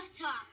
talk